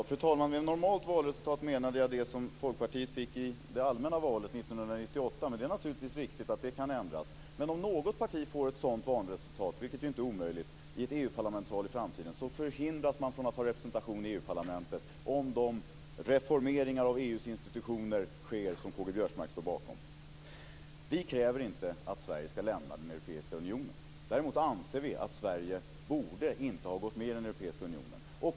Fru talman! Med ett normalt valresultat menade jag det som Folkpartiet fick i det allmänna valet 1998, men det är naturligtvis riktigt att det kan ändras. Ett parti som får ett sådant valresultat, vilket inte är omöjligt, i ett Europaparlamentsval i framtiden, förhindras från att få representation i EU:s parlament om de reformeringar av EU:s institutioner som K-G Biörsmark står bakom sker. Vi kräver inte att Sverige ska lämna den europeiska unionen. Däremot anser vi att Sverige inte borde ha gått med i den europeiska unionen.